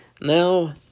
Now